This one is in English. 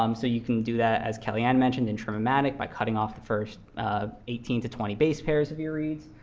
um so you can do that, as kellyanne mentioned, in trimmomatic by cutting off the first eighteen to twenty base pairs of your reads.